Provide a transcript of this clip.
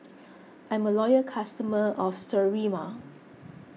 I'm a loyal customer of Sterimar